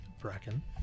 Bracken